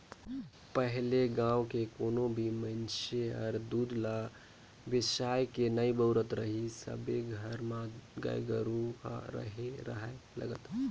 पहिले गाँव के कोनो भी मइनसे हर दूद ल बेसायके नइ बउरत रहीस सबे घर म गाय गोरु ह रेहे राहय लगत